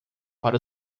para